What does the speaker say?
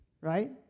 right